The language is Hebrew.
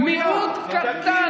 מיעוט קטן,